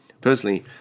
Personally